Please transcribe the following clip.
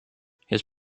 his